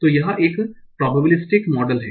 तो यह एक प्रोबेबिलिस्टिक मॉडल है